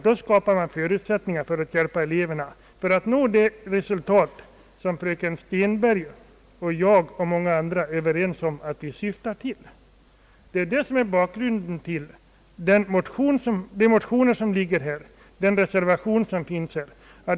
Då skapar man förutsättningar att hjälpa eleverna att nå det resultat som fröken Stenberg och jag och många andra är överens om att vi syftar till. Detta är bakgrunden till motionerna och till reservationen.